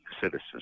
Citizens